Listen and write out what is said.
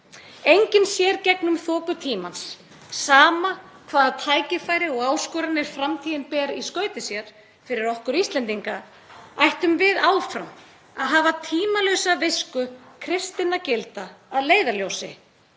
Enginn sér gegnum þoku tímans. Sama hvaða tækifæri og áskoranir framtíðin ber í skauti sér fyrir okkur Íslendinga ættum við áfram að hafa tímalausa visku kristinna gilda að leiðarljósi;